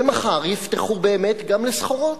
מחר יפתחו באמת גם לסחורות.